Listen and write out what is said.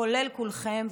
כולל כולכם,